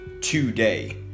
today